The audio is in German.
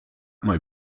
mal